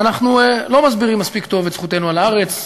ואנחנו לא מסבירים מספיק טוב את זכותנו על הארץ,